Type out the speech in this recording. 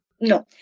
No